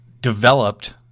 developed